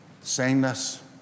sameness